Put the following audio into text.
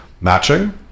matching